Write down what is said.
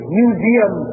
museum